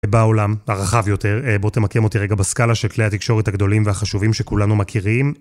בעולם הרחב יותר, בוא תמקם אותי רגע בסקאלה של כלי התקשורת הגדולים והחשובים שכולנו מכירים.